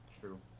true